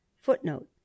Footnote